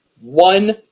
one